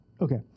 Okay